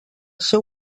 seu